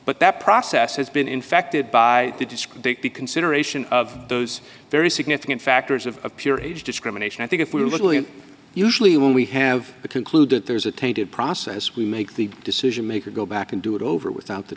but that process has been infected by the disc the consideration of those very significant factors of pure age discrimination i think if we were literally and usually when we have to conclude that there's a tainted process we make the decision maker go back and do it over without the